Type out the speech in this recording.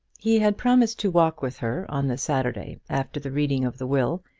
he had promised to walk with her on the saturday after the reading of the will,